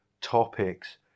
topics